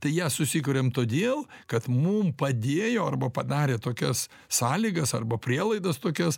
tai ją susikuriam todėl kad mum padėjo arba padarė tokias sąlygas arba prielaidas tokias